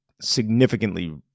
significantly